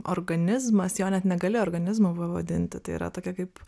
organizmas jo net negali organizmu pavadinti tai yra tokia kaip